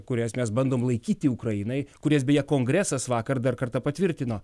kurias mes bandom laikyti ukrainai kurias beje kongresas vakar dar kartą patvirtino